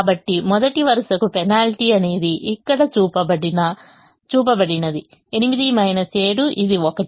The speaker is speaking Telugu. కాబట్టి మొదటి వరుసకు పెనాల్టీ అనేది ఇక్కడ చూపబడినది 8 7 ఇది 1